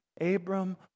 Abram